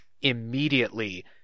immediately